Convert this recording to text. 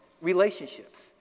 relationships